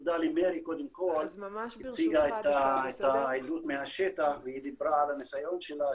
תודה למארי קודם כל שהציגה את העדות מהשטח והיא דיברה על הניסיון שלה,